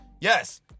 yes